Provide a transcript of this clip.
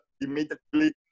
immediately